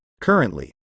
Currently